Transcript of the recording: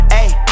ayy